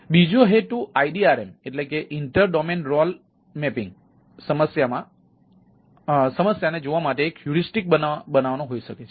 તેથી બીજો હેતુ IDRM inter domain role mapping સમસ્યા આપવામાં આવે છે